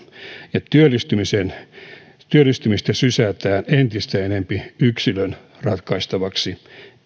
ja työllistymistä sysätään entistä enempi yksilön ratkaistavaksi